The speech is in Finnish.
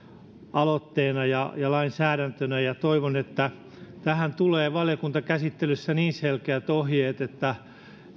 aloitteena ja ja lainsäädäntönä ja toivon että tähän tulee valiokuntakäsittelyssä niin selkeät ohjeet että